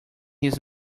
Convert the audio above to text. his